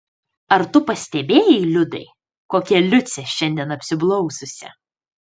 ar tu pastebėjai liudai kokia liucė šiandien apsiblaususi